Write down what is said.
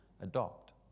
adopt